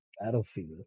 Battlefield